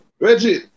Reggie